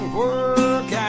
work